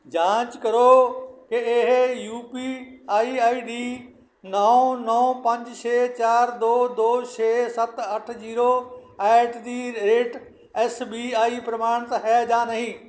ਜਾਂਚ ਕਰੋ ਕਿ ਇਹ U P I I D ਨੌਂ ਨੌਂ ਪੰਜ ਛੇ ਚਾਰ ਦੋ ਦੋ ਛੇ ਸੱਤ ਅੱਠ zero at the rate S B I ਪ੍ਰਮਾਣਿਤ ਹੈ ਜਾਂ ਨਹੀਂ